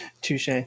Touche